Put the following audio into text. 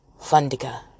Fundica